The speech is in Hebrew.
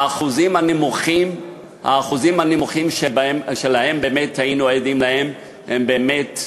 האחוזים הנמוכים שלהם באמת היינו עדים הם באמת,